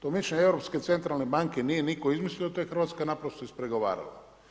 To mišljenje Europske centralne banke nije nitko izmislio, to je Hrvatska naprosto ispregovarala.